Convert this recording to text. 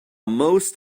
most